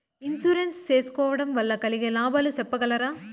Insurance సేసుకోవడం వల్ల కలిగే లాభాలు సెప్పగలరా?